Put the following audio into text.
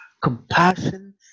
compassion